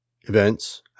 events